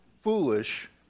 foolish